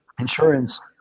insurance